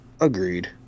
Agreed